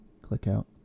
Click-out